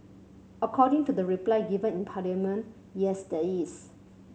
according to the reply given in Parliament yes there is